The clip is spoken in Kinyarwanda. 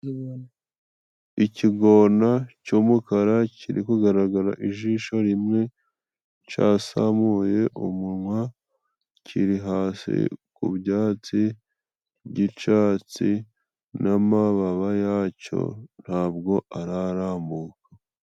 Ikigona cy'umukara kiri kugaragara ijisho rimwe casamuye umunwa kiri hasi ku byatsi by'icatsi n'amababa yaco ntabwo ararambuka.